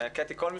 קיבלתי